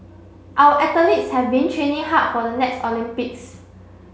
our athletes have been training hard for the next Olympics